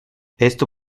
esto